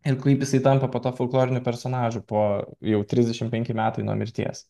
ir kaip jisai tampa po to folkloriniu personažu po jau trisdešimt penki metai nuo mirties